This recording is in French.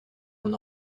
mon